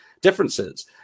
differences